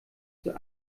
zur